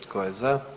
Tko je za?